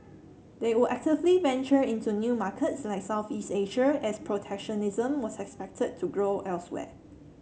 they would actively venture into new markets like Southeast Asia as protectionism was expected to grow elsewhere